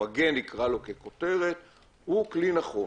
הוא כלי נכון.